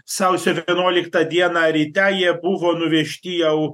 sausio vienuoliktą dieną ryte jie buvo nuvežti jau